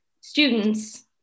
students